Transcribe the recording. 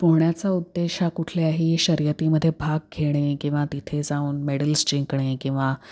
पोहण्याचा उद्देश हा कुठल्याही शर्यतीमध्ये भाग घेणे किंवा तिथे जाऊन मेडल्स जिंकणे किंवा